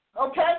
Okay